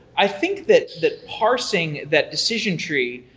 i think that that parsing that decision tree,